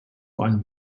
einem